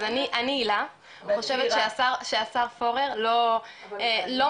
אז אני חושבת שהשר פורר לא מנגיש.